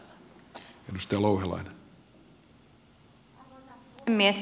arvoisa puhemies